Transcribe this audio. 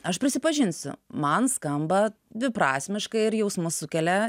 aš prisipažinsiu man skamba dviprasmiškai ir jausmus sukelia